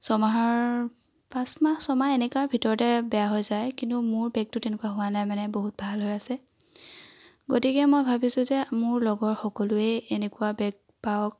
ছমাহৰ পাঁচ মাহ ছমাহ এনেকুৱাৰ ভিতৰতে বেয়া হৈ যায় কিন্তু মোৰ বেগটো তেনেকুৱা হোৱা নাই মানে বহুত ভাল হৈ আছে গতিকে মই ভাবিছোঁ যে মোৰ লগৰ সকলোৱে এনেকুৱা বেগ পাওক